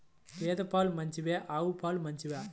గేద పాలు మంచివా ఆవు పాలు మంచివా?